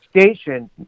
Station